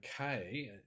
okay